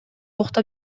уктап